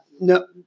No